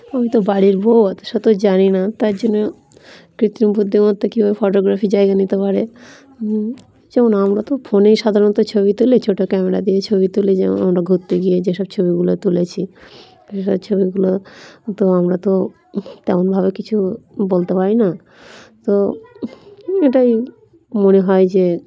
আমি তো বাড়ির বউ অত শত জানি না তার জন্য কৃত্রিম বুদ্ধিমত্তা কীভাবে ফটোগ্রাফির জায়গা নিতে পারে যেমন আমরা তো ফোনেই সাধারণত ছবি তুলি ছোট ক্যামেরা দিয়েই ছবি তুলি যেমন আমরা ঘুরতে গিয়ে যেসব ছবিগুলো তুলেছি সেসব ছবিগুলো তো আমরা তো তেমনভাবে কিছু বলতে পারি না তো এটাই মনে হয় যে